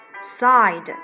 side